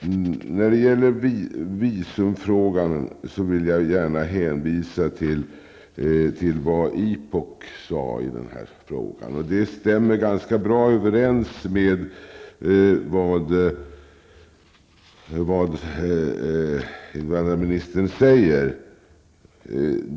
När det gäller visumfrågan vill jag gärna hänvisa till vad IPOK har sagt i denna fråga. Det stämmer ganska bra överens med vad invandrarministern säger.